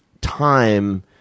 time